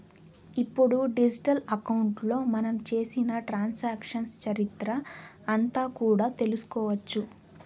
ఇప్పుడు డిజిటల్ అకౌంట్లో మనం చేసిన ట్రాన్సాక్షన్స్ చరిత్ర అంతా కూడా తెలుసుకోవచ్చు